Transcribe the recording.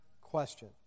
question